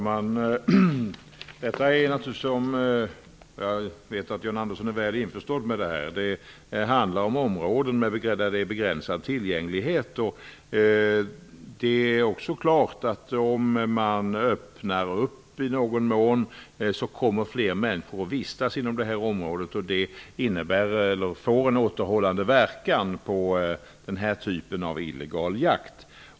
Fru talman! Jag vet att John Andersson är väl införstådd med att det handlar om områden med begränsad tillgänglighet. Om man i någon mån gör det möjligt för fler människor att vistas i området, är det klart att det får en återhållande verkan på den här typen av illegal jakt.